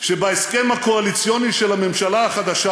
שבהסכם הקואליציוני של הממשלה החדשה